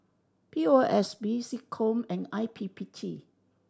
P O S B SecCom and I P P T